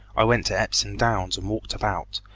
i went to epsom downs and walked about,